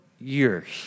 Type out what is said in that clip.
years